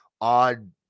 odd